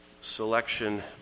Selection